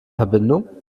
verbindung